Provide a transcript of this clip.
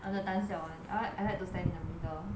I'm the 胆小 [one] I like I had to stand in the middle